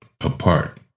apart